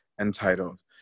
entitled